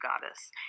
Goddess